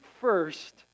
first